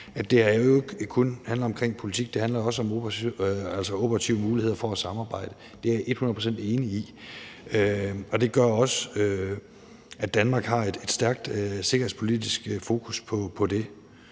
kun handler om politik, det handler også om operative muligheder for at samarbejde. Det er jeg et hundrede procent enig i. Det gør også, at Danmark har et stærkt sikkerhedspolitisk fokus på det.